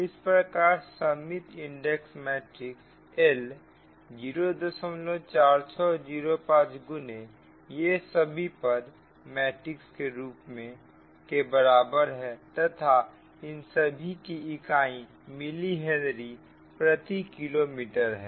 इस प्रकार सममित इंडक्टेंस मैट्रिक्स L 04605 गुने यह सभी पद मैट्रिक्स के रूप में के बराबर है तथा इन सभी की इकाई मिली हेनरी प्रति किलोमीटर है